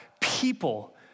people